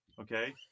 Okay